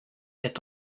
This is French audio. est